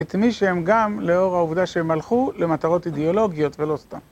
את מי שהם גם, לאור העובדה שהם הלכו, למטרות אידיאולוגיות ולא סתם.